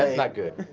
ah not good